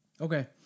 Okay